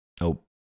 Nope